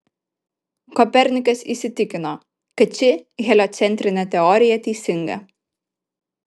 kopernikas įsitikino kad ši heliocentrinė teorija teisinga